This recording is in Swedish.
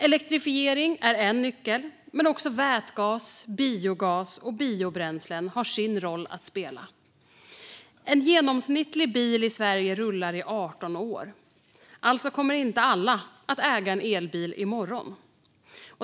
Elektrifiering är en nyckel, men också vätgas, biogas och biobränsle har sin roll att spela. En genomsnittlig bil i Sverige rullar i 18 år. Alltså kommer inte alla att äga en elbil i morgon.